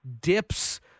dips